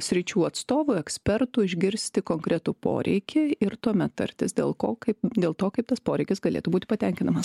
sričių atstovų ekspertų išgirsti konkretų poreikį ir tuomet tartis dėl ko kaip dėl to kaip tas poreikis galėtų būti patenkinamas